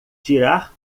tirar